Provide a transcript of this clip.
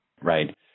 Right